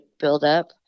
buildup